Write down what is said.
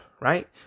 right